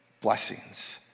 blessings